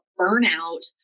burnout